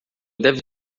deve